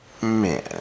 Man